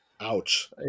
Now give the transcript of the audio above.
Ouch